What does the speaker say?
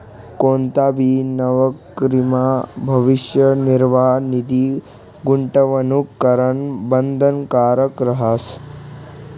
कोणताबी नवकरीमा भविष्य निर्वाह निधी गूंतवणूक करणं बंधनकारक रहास